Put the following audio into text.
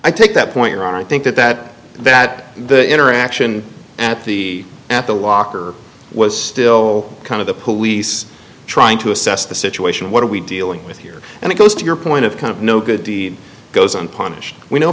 i take that point on i think that that that the interaction at the at the locker was still kind of the police trying to assess the situation what are we dealing with here and it goes to your point of kind of no good deed goes unpunished we know